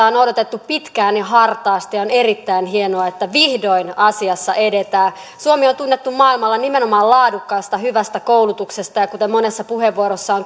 on odotettu pitkään ja hartaasti ja on erittäin hienoa että vihdoin asiassa edetään suomi on tunnettu maailmalla nimenomaan laadukkaasta hyvästä koulutuksesta ja kuten monessa puheenvuorossa on